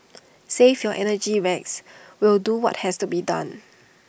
save your energy Rex we'll do what has to be done